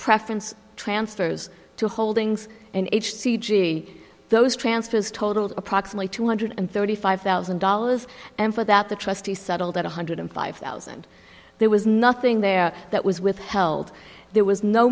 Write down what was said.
preference transfers to holdings and h c g those transfers totaled approximately two hundred and thirty five thousand dollars and for that the trustee settled at one hundred and five thousand there was nothing there that was withheld there was no